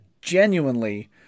genuinely